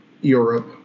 Europe